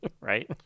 Right